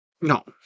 No